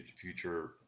future